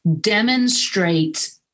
demonstrate